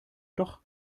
doch